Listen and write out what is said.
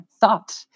thought